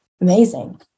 amazing